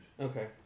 Okay